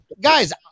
guys